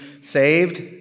saved